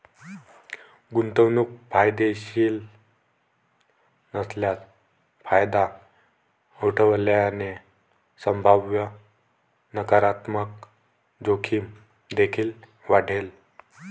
गुंतवणूक फायदेशीर नसल्यास फायदा उठवल्याने संभाव्य नकारात्मक जोखीम देखील वाढेल